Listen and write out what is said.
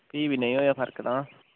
फ्ही बी नेईं होएया फर्क तां